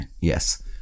Yes